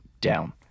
down